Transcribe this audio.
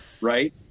Right